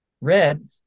Red